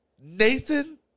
Nathan